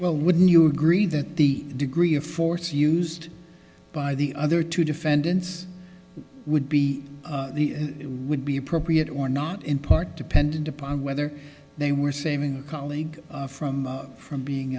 well would you agree that the degree of force used by the other two defendants would be would be appropriate or not in part dependent upon whether they were saving colleague from from being